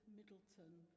Middleton